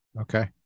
Okay